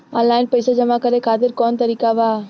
Online पइसा जमा करे खातिर कवन तरीका बा?